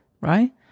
right